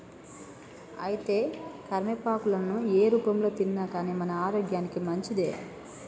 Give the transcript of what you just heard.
అయితే కరివేపాకులను ఏ రూపంలో తిన్నాగానీ మన ఆరోగ్యానికి మంచిదే